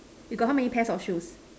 you got how many pairs of shoes